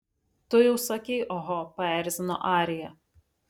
tu jau sakei oho paerzino arija